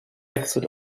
exit